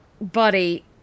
buddy